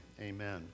amen